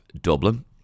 Dublin